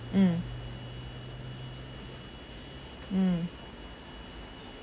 mm mm